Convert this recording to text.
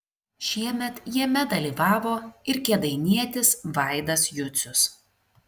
šiemet jame dalyvavo ir kėdainietis vaidas jucius